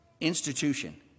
institution